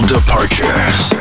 Departures